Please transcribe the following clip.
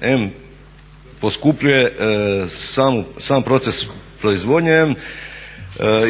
em poskupljuje sam proces proizvodnje, em